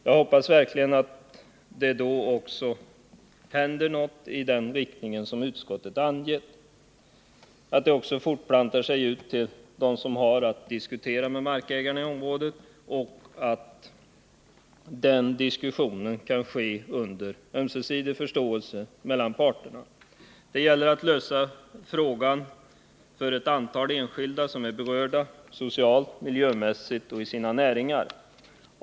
Jag hoppas verkligen att det då också händer något i den riktning som utskottet angett, att det fortplantar sig ut till dem som har att diskutera med markägarna i området och att den diskussionen kan ske under ömsesidig förståelse mellan parterna. Det gäller att lösa frågan för ett antal enskilda som är berörda socialt, miljömässigt och i sina näringar.